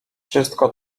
wszystko